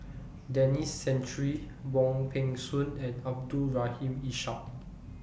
Denis Santry Wong Peng Soon and Abdul Rahim Ishak